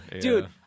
dude